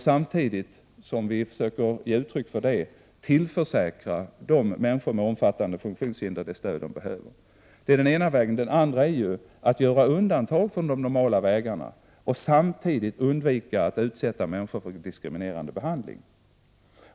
Samtidigt som vi försöker ge uttryck för detta, gäller det att tillförsäkra människor med omfattande funktionshinder det stöd som de behöver. Det är den ena vägen. Den andra vägen är att göra undantag från vad som normalt gäller och att samtidigt undvika att utsätta människor för en diskriminerande behandling.